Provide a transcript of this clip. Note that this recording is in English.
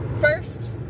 first